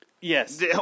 Yes